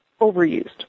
overused